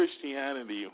Christianity